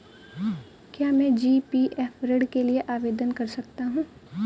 क्या मैं जी.पी.एफ ऋण के लिए आवेदन कर सकता हूँ?